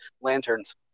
Lanterns